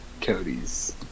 Cody's